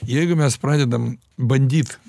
jeigu mes pradedam bandyt